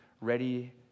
ready